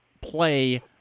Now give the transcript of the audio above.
play